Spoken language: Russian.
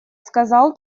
сказал